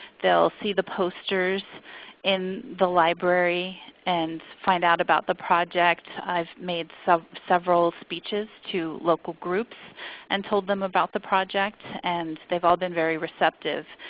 they'll see the posters in the library and find out about the project. i've made so several speeches to local groups and told them about the project, and they've all been very receptive.